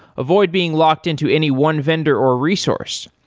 avoid being locked-in to any one vendor or resource.